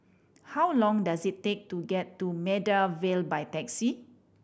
how long does it take to get to Maida Vale by taxi